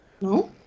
No